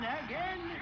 again